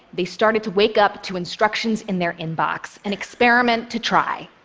they started to wake up to instructions in their inbox, an experiment to try.